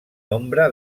nombre